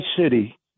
city